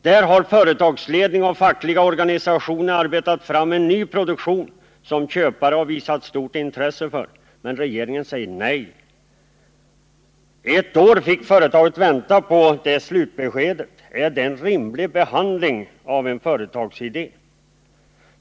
Där har företagsledning och fackliga organisationer arbetat fram en ny produktion, som köpare visat stort intresse för. Men regeringen säger nej. Under ett år fick företaget vänta på slutbesked. Är det en rimlig behandling av en företagsidé?